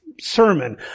sermon